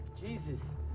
Jesus